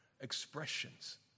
expressions